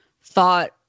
thought